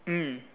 mm